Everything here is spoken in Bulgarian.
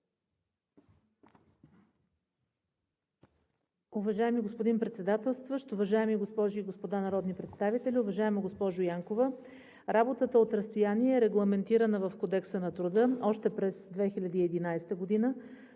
Уважаеми господин Председателстващ, уважаеми госпожи и господа народни представители! Уважаема госпожо Янкова, работата от разстояние е регламентирана в Кодекса на труда още през 2011 г.